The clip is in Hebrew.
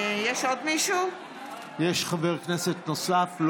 יש חבר כנסת נוסף?